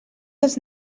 dels